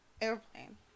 airplane